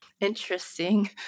Interesting